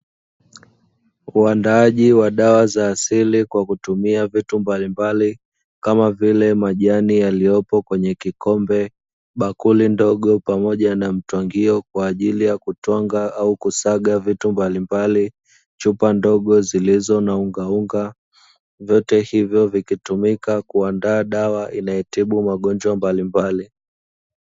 Uandaaji wa dawa za asili kwa kutumia vitu mbalimbali kama vile; majani yaliyopo kwenye kikombe, bakuli ndogo pamoja na mtwangio, kwa ajili ya kutwanga au kusaga vitu mbalimbali, chupa ndogo zilizo na ungaunga, vyote hivyo vikitumika kuandaa dawa inayotibu magonjwa mbalimbali.